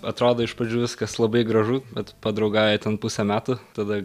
atrodo iš pradžių viskas labai gražu bet padraugavę ten pusę metų tada